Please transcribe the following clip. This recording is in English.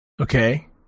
Okay